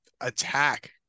attack